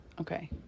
Okay